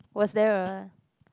was there a